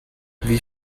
wie